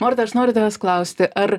morta aš noriu tavęs klausti ar